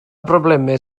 broblemau